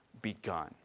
begun